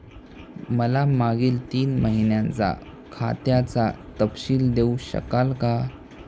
मला मागील तीन महिन्यांचा खात्याचा तपशील देऊ शकाल का?